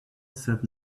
said